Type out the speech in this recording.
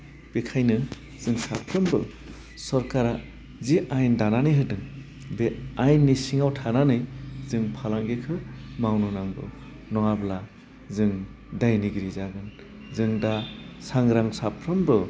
बेखायनो जों साफ्रोमबो सरकारा जे आयेन दानानै होदों बे आयेननि सिङाव थानानै जों फालांगिखौ मावनो नांगौ नङाब्ला जों दायनिगिरि जागोन जों दा सांग्रा साफ्रोमबो